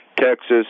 Texas